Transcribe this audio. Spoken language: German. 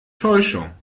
täuschung